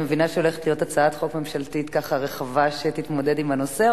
אני מבינה שהולכת להיות הצעת חוק ממשלתית ככה רחבה שתתמודד עם הנושא,